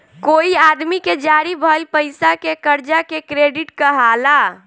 कोई आदमी के जारी भइल पईसा के कर्जा के क्रेडिट कहाला